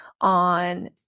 on